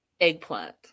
eggplant